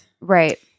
Right